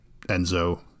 Enzo